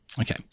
Okay